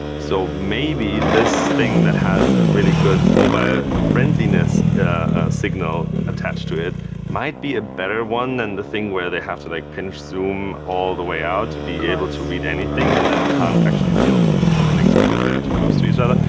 so maybe this thing that has a really good mobile friendliness signal attached to it might be a better one than the thing where they have to pinch zoom all the way out to be able to read anything, and then can't actually deal with the different links because they're too close to each other.